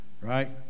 right